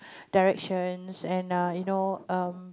directions and err you know um